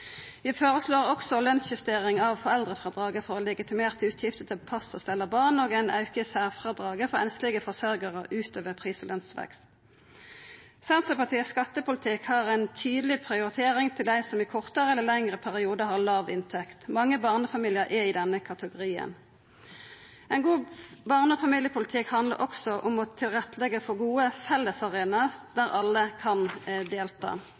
Vi føreslår òg lønsjustering av foreldrefrådraget for legitimerte utgifter til pass og stell av barn, og ein auke i særfrådraget for einslege forsørgjarar ut over pris- og lønsvekst. Senterpartiets skattepolitikk har ei tydeleg prioritering til dei som i kortare eller lengre periodar har låg inntekt. Mange barnefamiliar er i denne kategorien. Ein god barne- og familiepolitikk handlar òg om å leggja til rette for gode fellesarenaer der alle kan delta.